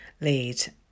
lead